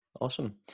Awesome